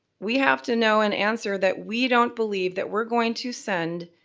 we have to know and answer that we don't believe that we're going to send